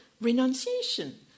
renunciation